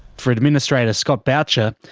for administrator scott boucher,